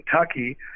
Kentucky